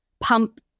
pump